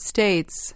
States